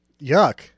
Yuck